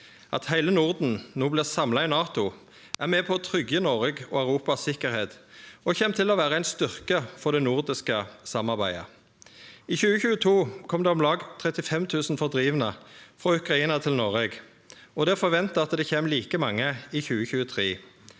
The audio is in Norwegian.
At heile Norden no blir samla i NATO, er med på å tryggje Noregs og Europas sikkerheit og kjem til å vere ein styrke for det nordiske samarbeidet. I 2022 kom det om lag 35 000 fordrivne frå Ukraina til Noreg, og det er forventa at det kjem like mange i 2023.